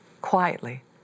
quietly